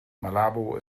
malabo